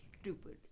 stupid